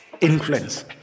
Influence